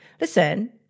Listen